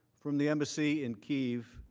from the embassy in kiev,